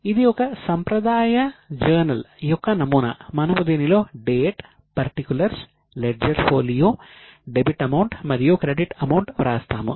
ఇది ఒక సంప్రదాయ జర్నల్ వ్రాస్తాము